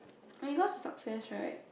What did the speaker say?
when it comes to success right